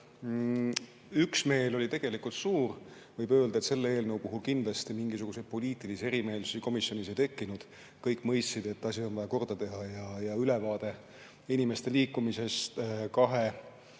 Üksmeel oli tegelikult suur. Võib öelda, et selle eelnõu puhul mingisuguseid poliitilisi erimeelsusi komisjonis ei tekkinud. Kõik mõistsid, et asi on vaja korda teha ja ülevaade inimeste liikumisest kahe